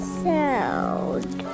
sound